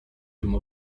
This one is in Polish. tym